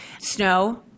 snow